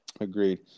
Agreed